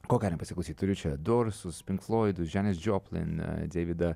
ko galim pasiklausyt turiu čia dorisus pinkfloidus dažani džoplin deividą